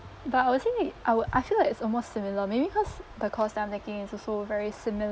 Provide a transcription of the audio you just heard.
but I would say I would I feel like it's almost similar maybe cause the course that I'm taking is also very similar